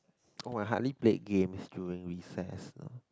oh my hardly play game during recess lah